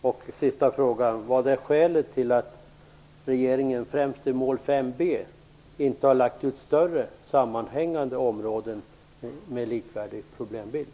Till sist: Vad är skälet till att regeringen främst vad gäller mål 5b inte har lagt ut större sammanhängande områden med likvärdig problembild?